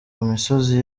misozi